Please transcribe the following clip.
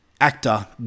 actor